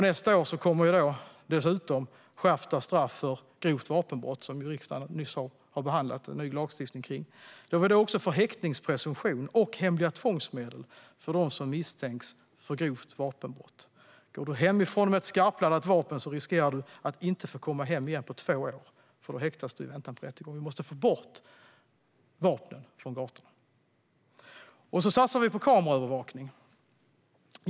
Nästa år kommer dessutom skärpta straff för grovt vapenbrott, som riksdagen nyss har behandlat lagstiftning om, och då får vi också häktningspresumtion och hemliga tvångsmedel för dem som misstänks för grovt vapenbrott. Går du hemifrån med ett skarpladdat vapen riskerar du att inte få komma hem igen på två år, för då häktas du i väntan på rättegång. Vi måste få bort vapnen från gatorna. Och vi satsar på kameraövervakning.